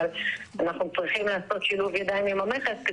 אבל אנחנו צריכים לעשות שילוב ידיים עם המכס,